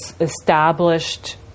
established